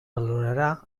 valorarà